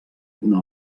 una